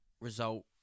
result